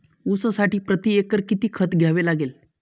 ऊसासाठी प्रतिएकर किती खत द्यावे लागेल?